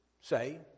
say